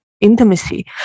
intimacy